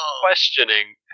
questioning